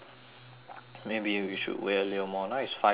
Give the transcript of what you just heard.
maybe we should wait a little more now is five O five